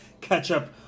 ketchup